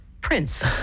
Prince